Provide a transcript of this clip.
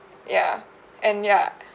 ya and ya